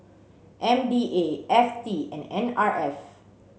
M D A F T and N R F